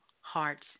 heart's